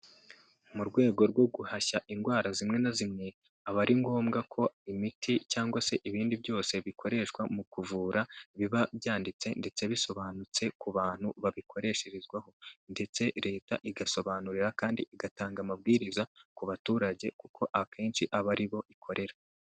Mu rwego rwo guhashya indwara zimwe na zimwe, aba ari ngombwa ko imiti cyangwa se ibindi byose bikoreshwa mu kuvura biba byanditse ndetse bisobanutse ku bantu babikoresherezwaho ndetse Leta igasobanurira kandi igatanga amabwiriza ku baturage kuko akenshi aba ari bo ikorera.